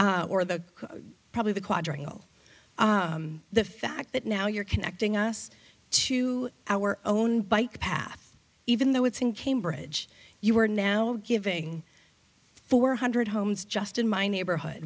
or the probably the quadrennial the fact that now you're connecting us to our own bike path even though it's in cambridge you are now giving four hundred homes just in my neighborhood